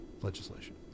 legislation